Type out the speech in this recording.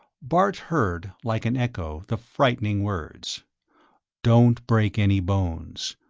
bart heard, like an echo, the frightening words don't break any bones.